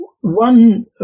One